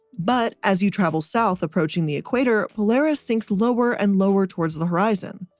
but as you travel south approaching the equator, polaris sinks lower and lower towards the horizon.